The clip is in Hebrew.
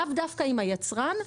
לאו דווקא עם היצרן,